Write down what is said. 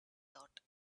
thought